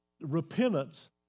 repentance